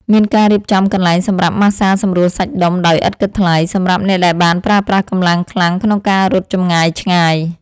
មានការរៀបចំកន្លែងសម្រាប់ម៉ាស្សាសម្រួលសាច់ដុំដោយឥតគិតថ្លៃ សម្រាប់អ្នកដែលបានប្រើប្រាស់កម្លាំងខ្លាំងក្នុងការរត់ចម្ងាយឆ្ងាយ។